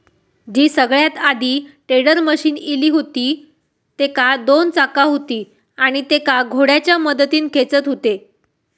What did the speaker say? जी सगळ्यात आधी tedder machine इली हुती तेका दोन चाका हुती आणि तेका घोड्याच्या मदतीन खेचत हुते